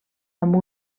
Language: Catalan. amb